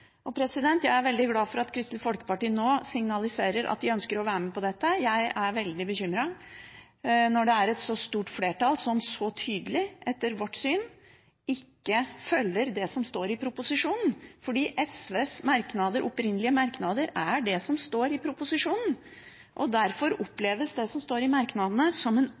Jeg er veldig glad for at Kristelig Folkeparti nå signaliserer at de ønsker å være med på dette. Jeg er veldig bekymret når det er et så stort flertall som så tydelig, etter vårt syn, ikke følger det som står i proposisjonen, for SVs opprinnelige merknader er det som står i proposisjonen. Derfor oppleves det som står i merknadene, som en